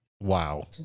Wow